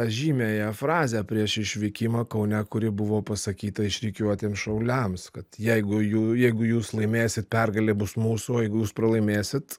žymiąją frazę prieš išvykimą kaune kuri buvo pasakyta išrikiuotiem šauliams kad jeigu jų jeigu jūs laimėsit pergalė bus mūsų o jeigu jūs pralaimėsit